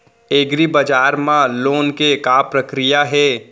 एग्रीबजार मा लोन के का प्रक्रिया हे?